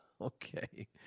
Okay